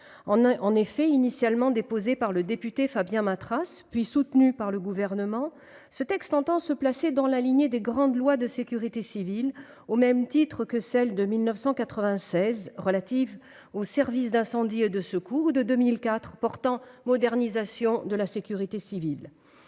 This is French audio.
enjeux. Initialement déposé par le député Fabien Matras, puis soutenu par le Gouvernement, ce texte entend se placer dans la lignée des grandes lois de sécurité civile, au même titre que la loi de 1996 relative aux services d'incendie et de secours ou celle de 2004 portant modernisation de la sécurité civile.